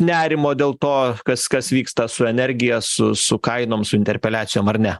nerimo dėl to kas kas vyksta su energija su su kainom su interpeliacijom ar ne